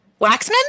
Waxman